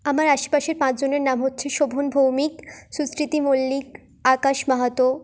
আমার আশেপাশের পাঁচজনের নাম হচ্ছে শোভন ভৌমিক সুস্মৃতি মল্লিক আকাশ মাহাতো